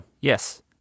yes